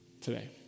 today